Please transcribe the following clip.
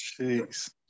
Jeez